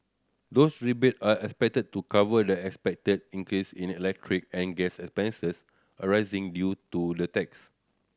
those rebate are expected to cover the expected increase in electric and gas expenses arising due to the tax